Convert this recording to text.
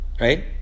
right